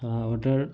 order